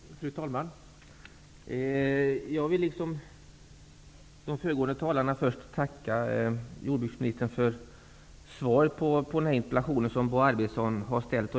Fru talman! Jag vill liksom föregående talare tacka jordbruksministern för svaret på den interpellation som Bo Arvidson ställt.